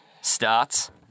starts